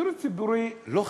שידור ציבורי, לא חדשות,